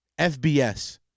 FBS